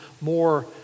more